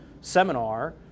seminar